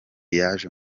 yaje